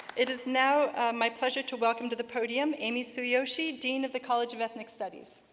it is now my pleasure to welcome to the podium amy sueyoshia, dean of the college of ethnic studies.